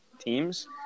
teams